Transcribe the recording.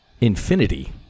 infinity